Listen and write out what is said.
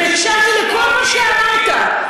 והקשבתי לכל מה שאמרת.